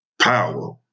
Power